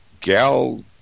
Gal